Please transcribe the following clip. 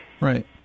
Right